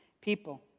people